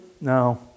No